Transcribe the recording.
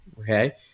Okay